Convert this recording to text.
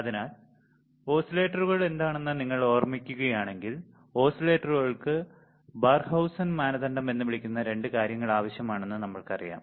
അതിനാൽ ഓസിലേറ്ററുകൾ എന്താണെന്ന് നിങ്ങൾ ഓർമ്മിക്കുകയാണെങ്കിൽ ഓസിലേറ്ററുകൾക്ക് ബാർഖൌസെൻ മാനദണ്ഡം എന്ന് വിളിക്കുന്ന രണ്ട് കാര്യങ്ങൾ ആവശ്യമാണെന്ന് നമ്മൾക്കറിയാം